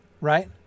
right